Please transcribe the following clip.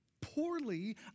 poorly